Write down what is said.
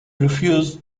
refused